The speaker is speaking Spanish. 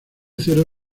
cero